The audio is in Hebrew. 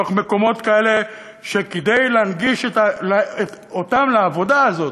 בתוך מקומות כאלה שכדי להנגיש אותן לעבודה הזאת,